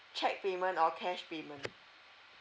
cheque payment or cash payment